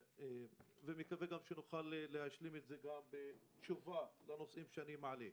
ומקווה גם שנוכל להשלים את זה בתשובה לנושאים שאני מעלה.